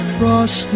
Frost